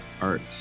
art